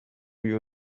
you